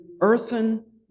earthen